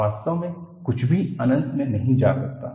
वास्तव में कुछ भी अनंत में नहीं जा सकता है